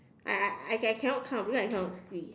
I I I I cannot count because I cannot see